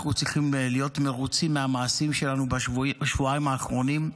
אנחנו צריכים להיות מרוצים מהמעשים שלנו בשבועיים האחרונים.